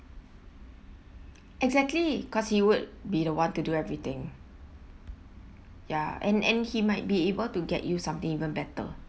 exactly cause he would be the one to do everything ya and and he might be able to get you something even better